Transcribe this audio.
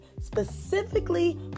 specifically